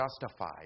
justified